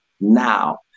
now